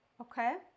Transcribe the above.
okay